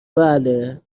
بله